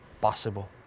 possible